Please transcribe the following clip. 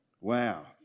Wow